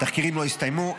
התחקירים לא הסתיימו,